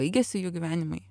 baigėsi jų gyvenimai